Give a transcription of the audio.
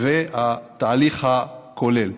והתהליך הכולל.